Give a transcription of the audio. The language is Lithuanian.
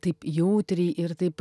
taip jautriai ir taip